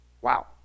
Wow